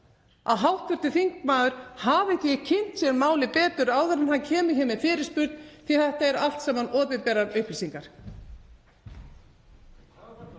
að hv. þingmaður hafi ekki kynnt sér málið betur áður en hann kemur hér með fyrirspurn. Þetta eru allt saman opinberar upplýsingar.